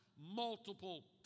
multiple